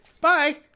Bye